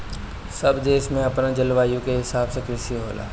सब देश में अपना जलवायु के हिसाब से कृषि होला